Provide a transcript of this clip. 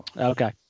Okay